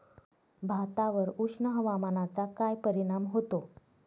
भातावर उष्ण हवामानाचा काय परिणाम होतो?